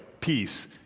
peace